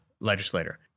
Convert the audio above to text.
legislator